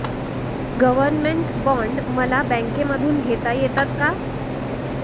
Government bond मला बँकेमधून घेता येतात का?